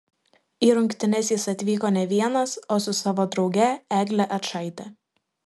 į rungtynes jis atvyko ne vienas o su savo drauge egle ačaite